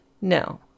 No